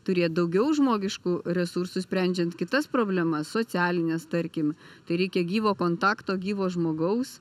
turėt daugiau žmogiškų resursų sprendžiant kitas problemas socialines tarkim tai reikia gyvo kontakto gyvo žmogaus